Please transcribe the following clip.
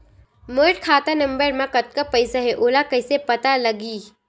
मोर खाता नंबर मा कतका पईसा हे ओला कइसे पता लगी?